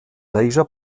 leisure